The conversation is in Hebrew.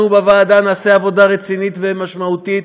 אנחנו בוועדה נעשה עבודה רצינית ומשמעותית,